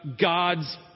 God's